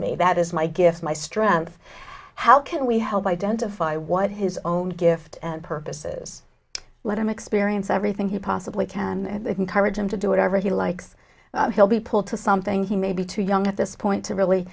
me that is my gift my strength how can we help identify what his own gift and purposes letterman experience everything he possibly can and encourage him to do whatever he likes he'll be pulled to something he may be too young at this point to really